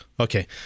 Okay